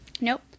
Nope